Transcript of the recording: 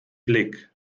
blick